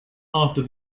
after